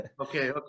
Okay